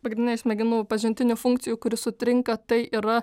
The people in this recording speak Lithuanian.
pagrindiniai smegenų pažintinių funkcijų kuri sutrinka tai yra